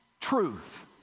truth